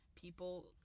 people